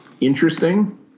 interesting